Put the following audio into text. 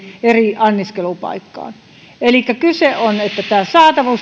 eri anniskelupaikkaan elikkä kyse on siitä että tämä saatavuus